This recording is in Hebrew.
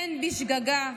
פן בשגגה,